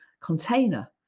container